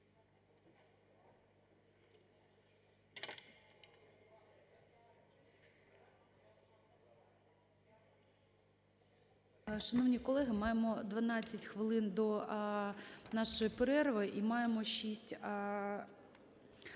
Шановні колеги, маємо 12 хвилин до нашої перерви і маємо 6